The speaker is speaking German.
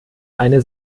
eine